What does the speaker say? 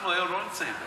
אנחנו היום לא נמצאים בעזה.